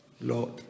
Lord